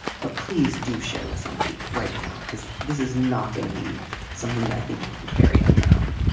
but please do share with somebody right now because this is not going to be something that i think you can carry on your own.